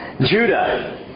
Judah